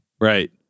Right